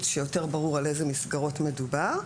שיותר ברור על איזה מסגרות מדובר.